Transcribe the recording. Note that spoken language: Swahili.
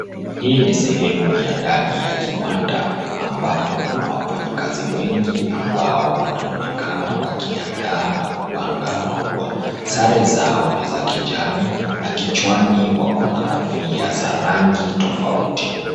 Hii ni sehemu ya ndani ya kiwanda, ambapo kuna wafanyikazi wengi ambao wanaonekana wakiandaa na kupanga maua. Sare zao ni za kijani na kichwani wako na kofia za rangi tofauti.